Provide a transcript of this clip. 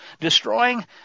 destroying